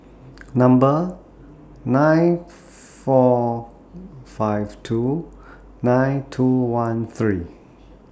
Number nine four five two nine two one three